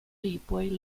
lipoj